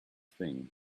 thing